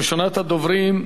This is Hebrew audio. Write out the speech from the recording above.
ראשונת הדוברים,